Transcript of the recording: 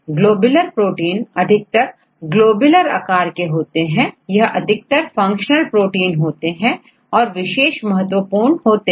globular protein अधिकतर globular आकार के होते हैं यह अधिकतर फंक्शनल प्रोटीन होते हैं और विशेष महत्वपूर्ण कार्य करते हैं